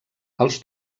els